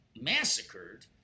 massacred